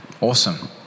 Awesome